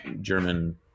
German